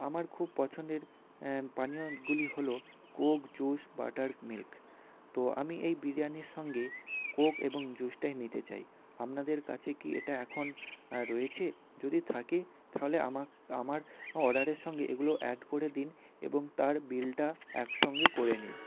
আমার খুব পছন্দের পানীয়গুলি হলো কোক জুস বাটার মিল্ক তো আমি এই বিরিয়ানির সঙ্গে কোক এবং জুসটাই নিতে চাই আপনাদের কাছে কি এটা এখন রয়েছে যদি থাকে তাহলে আমার আমার অর্ডারের সঙ্গে এগুলো অ্যাড করে দিন এবং তার বিলটা একসঙ্গে করে নিন